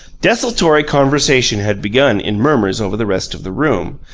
desultory conversation had begun in murmurs over the rest of the room,